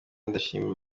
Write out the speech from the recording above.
ndashimira